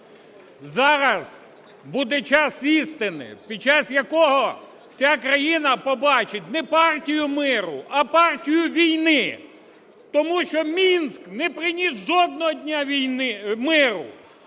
Зараз буде час істини, під час якого вся країна побачить не партію миру, а партію війни, тому що Мінськ не приніс жодного дня